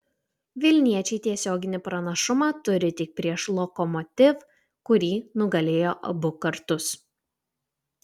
vilniečiai tiesioginį pranašumą turi tik prieš lokomotiv kurį nugalėjo abu kartus